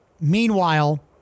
Meanwhile